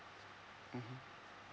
mmhmm